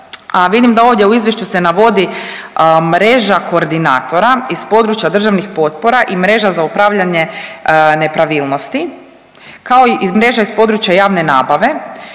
vidim da ovdje u Izvješću se navodi mreža koordinatora iz područja državnih potpora i mreža za upravljanje nepravilnosti, kao i mreža iz područja javne nabave,